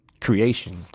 creation